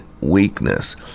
weakness